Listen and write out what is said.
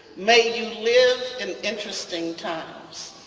may you live in interesting times.